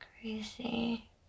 Crazy